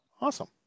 Awesome